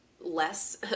less